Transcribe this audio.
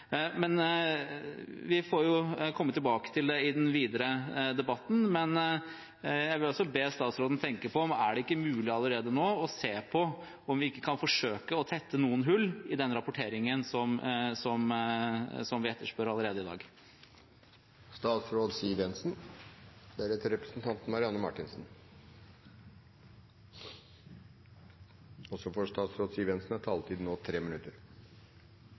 det i den videre debatten, men jeg vil be statsråden tenke på om det ikke er mulig allerede nå å se på om vi ikke kan forsøke å tette noen hull i den rapporteringen som vi etterspør. Jeg mener at jeg gjennom mitt innlegg ga veldig klart og tydelig uttrykk for en reell vilje til å gå videre og «tette noen hull», som representanten Wickholm kaller det, men for